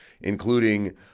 including